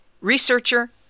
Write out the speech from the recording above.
researcher